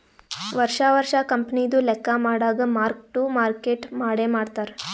ವರ್ಷಾ ವರ್ಷಾ ಕಂಪನಿದು ಲೆಕ್ಕಾ ಮಾಡಾಗ್ ಮಾರ್ಕ್ ಟು ಮಾರ್ಕೇಟ್ ಮಾಡೆ ಮಾಡ್ತಾರ್